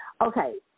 Okay